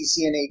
CCNA